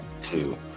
two